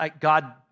God